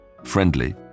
friendly